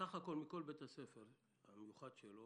בכל בית הספר המיוחד שלו